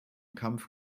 kampf